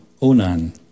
Onan